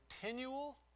continual